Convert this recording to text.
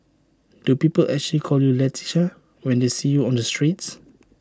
do people actually call you Leticia when they see you on the streets